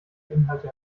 inhalte